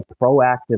proactive